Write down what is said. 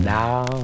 now